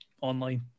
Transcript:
online